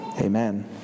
Amen